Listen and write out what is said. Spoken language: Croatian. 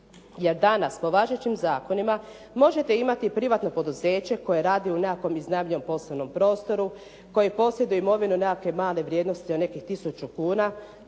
jer danas po važećim zakonima možete imati privatno poduzeće koje radi u nekakvom iznajmljenom poslovnom prostoru, koje posjeduje imovinu nekakve male vrijednosti od nekih tisuću kuna